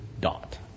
dot